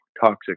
toxic